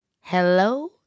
hello